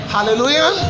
Hallelujah